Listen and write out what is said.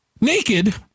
Naked